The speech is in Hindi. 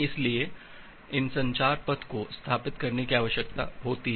इसलिए इन संचार पथ को स्थापित करने की आवश्यकता है